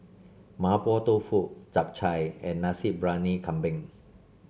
Mapo Tofu Chap Chai and Nasi Briyani Kambing